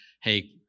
Hey